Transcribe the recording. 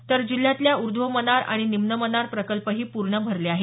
तर जिल्ह्यातल्या उर्ध्व मनार आणि निम्न मनार प्रकल्पही पूर्ण भरले आहेत